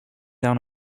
down